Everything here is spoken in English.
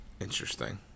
Interesting